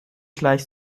gleich